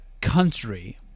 country